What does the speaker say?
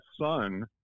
son